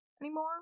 anymore